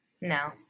No